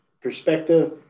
perspective